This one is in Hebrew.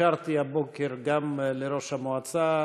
התקשרתי הבוקר גם לראש המועצה,